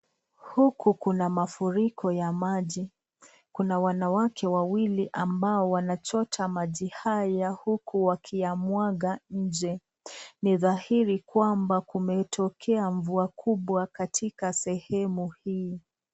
Huku kuna mafuriko ya maji, kuna wanawake wawili ambao wanachota maji haya huku wakiyamwaga nje. Ni dhahiri kwamba kumetokea mvua kubwa katika sehemu hii.